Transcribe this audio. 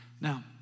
Now